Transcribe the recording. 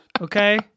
Okay